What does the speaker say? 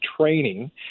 training